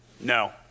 No